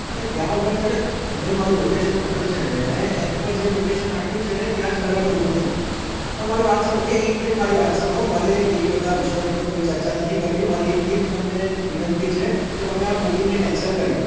અરે ક્યાં ઊભા છો એટલે તમને મારૂં લોકેસન ખબર છે ને મેં એપ પર જે લોકેસન નાખ્યું છે ને ત્યાં જ બરાબર ઊભો છું પણ મારી વાત સાંભળો એ એક મિનિટ મારી વાત સાંભળો મારે એ બધા વિષયો ઉપર કોઈ ચર્ચા નથી કરવી મારી એટલી જ તમને વિનંતી છે કે તમે આ બુકિંગને કેન્સલ કરી દો